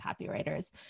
copywriters